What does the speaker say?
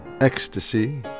ecstasy